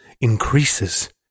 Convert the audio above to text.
increases